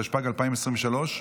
התשפ"ג 2023,